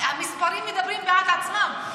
המספרים מדברים בעד עצמם.